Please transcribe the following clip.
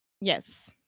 Yes